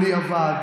קולי אבד.